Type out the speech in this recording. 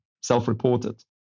self-reported